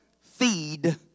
Feed